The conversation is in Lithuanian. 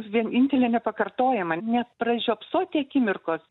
vienintelė nepakartojama nepražiopsoti akimirkos